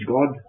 God